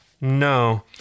No